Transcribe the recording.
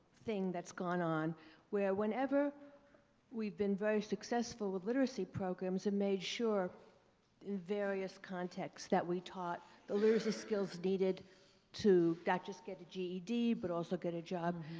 thing that's going on where whenever we've been very successful with literacy programs and made sure the various context that we taught the literacy skills needed to not just get the ged but also get a job.